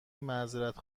معذرت